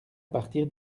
partir